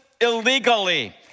illegally